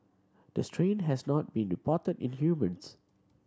the strain has not been reported in humans